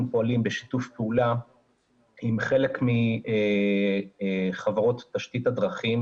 אנחנו פועלים בשיתוף פעולה עם חלק מחברות תשתית הדרכים